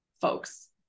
folks